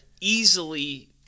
easily